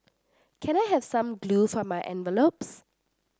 can I have some glue for my envelopes